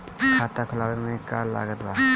खाता खुलावे मे का का लागत बा?